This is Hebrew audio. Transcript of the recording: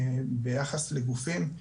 ביחס לגופים,